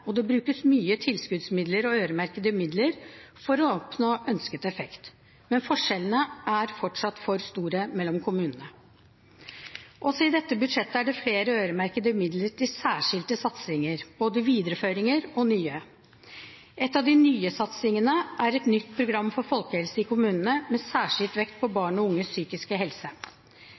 og det brukes mye tilskuddsmidler og øremerkede midler for å oppnå ønsket effekt, men forskjellene er fortsatt for store mellom kommunene. Også i dette budsjettet er det flere øremerkede midler til særskilte satsinger, både videreføringer og nye. En av de nye satsingene er et nytt program for folkehelse i kommunene med særskilt vekt på barn og unges psykiske helse.